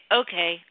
okay